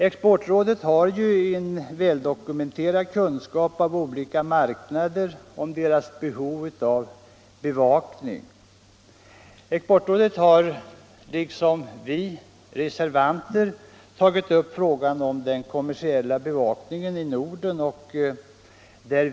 Exportrådet besitter en väldokumenterad kunskap om olika marknader och deras behov av bevakning. Exportrådet har liksom vi reservanter tagit upp frågan om den kommersiella bevakningen i Norden.